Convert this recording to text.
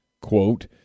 Quote